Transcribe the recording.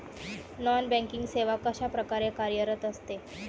Non banking सेवा कशाप्रकारे कार्यरत असते?